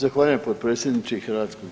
Zahvaljujem potpredsjedniče HS.